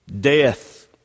Death